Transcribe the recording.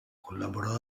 collaborò